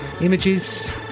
images